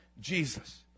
Jesus